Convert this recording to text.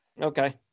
Okay